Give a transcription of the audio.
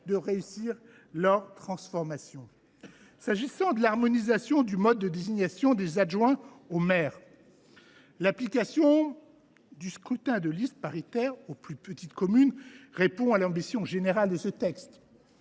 de réussir leur transformation. En ce qui concerne l’harmonisation du mode de désignation des adjoints au maire, l’application du scrutin de liste paritaire aux plus petites communes répond à l’ambition générale de ce texte.